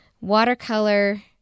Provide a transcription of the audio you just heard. Watercolor